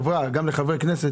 שהחברה פנתה גם לחברי כנסת